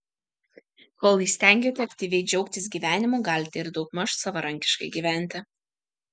kol įstengiate aktyviai džiaugtis gyvenimu galite ir daugmaž savarankiškai gyventi